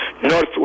Northwest